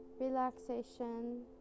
relaxation